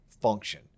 function